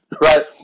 Right